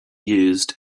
used